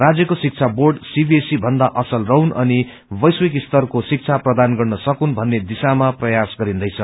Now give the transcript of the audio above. राज्यको शिक्षा बोड सीबीएसई भन्दा असल रहुन् अनि वैश्विक स्तरको शिक्षा प्रदान गर्न सकुन् भन्ने दिशामा प्रयास गरिन्दैछ